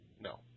No